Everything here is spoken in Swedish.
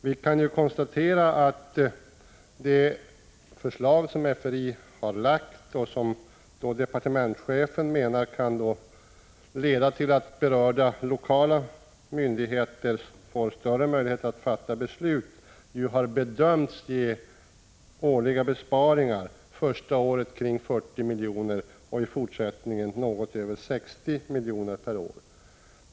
Vi kan konstatera att FRI:s förslag, som enligt departementschefens mening kan leda till att berörda lokala myndigheter får större möjligheter att fatta beslut, har bedömts ge besparingar med 40 miljoner för det första året och därefter något över 60 miljoner per år.